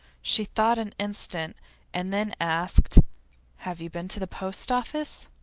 she thought an instant and then asked have you been to the post office?